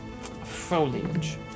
foliage